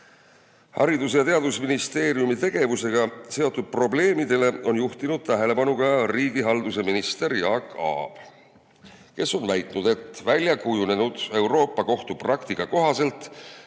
Haridus- ja Teadusministeeriumi tegevusega seotud probleemidele on juhtinud tähelepanu ka riigihalduse minister Jaak Aab, kes on väitnud, et Euroopa Kohtu väljakujunenud praktika kohaselt